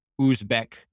Uzbek